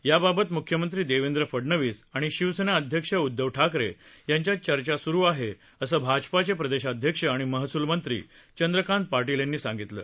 याबाबत म्ख्यमंत्री देवेंद्र फडणवीस आणि शिवसेना अध्यक्ष उद्धव ठाकरे यांच्यात चर्चा स्रु आहे असं भाजपाचे प्रदेशाध्यक्ष आणि महसूल मंत्री चंद्रकांत पाटील यांनी सांगितलं